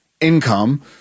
income